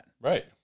Right